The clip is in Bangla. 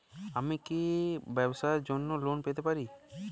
আমি কি ব্যবসার জন্য লোন পেতে পারি?